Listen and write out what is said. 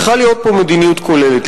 צריכה להיות פה מדיניות כוללת.